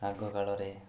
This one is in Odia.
ଆଗକାଳରେ